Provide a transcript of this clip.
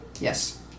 Yes